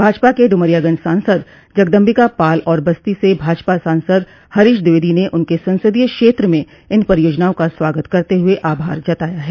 भाजपा के डुमरियागंज सांसद जगदम्बिका पाल और बस्ती से भाजपा सांसद हरीश द्विवेदी ने उनके संसदीय क्षेत्र में इन परियोजनाओं का स्वागत करते हुए आभार जताया है